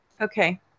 Okay